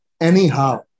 anyhow